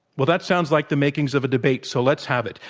well, that sounds like the makings of a debate. so, let's have it.